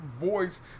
voice